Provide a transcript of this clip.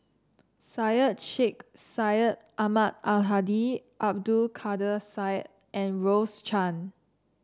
Syed Sheikh Syed Ahmad Al Hadi Abdul Kadir Syed and Rose Chan